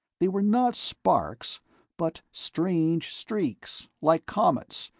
they were not sparks but strange streaks, like comets,